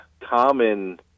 common